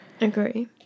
agree